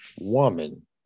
woman